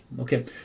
okay